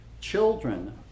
children